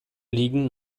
liegen